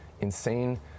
insane